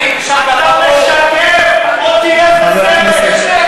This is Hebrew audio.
אני אראה לך את התמונות שאני